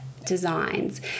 designs